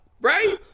Right